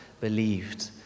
believed